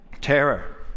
terror